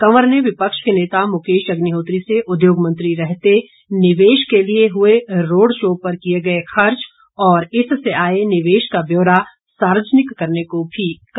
cover ने विपक्ष के नेता मुकेश अग्निहोत्री से उद्योग मंत्री रहते निवेश के लिए हुए रोड शो पर किए गए खर्च और इससे आए निवेश का ब्यौरा सार्वजनिक करने को भी कहा